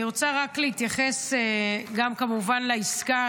אני רוצה רק להתייחס גם כמובן לעסקה,